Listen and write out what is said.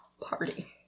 Party